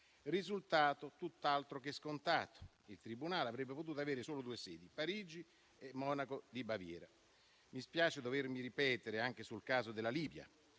risultato tutt'altro che scontato, perché il Tribunale avrebbe potuto avere solo due sedi, Parigi e Monaco di Baviera. Mi spiace dovermi ripetere anche sul caso della Libia: